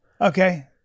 Okay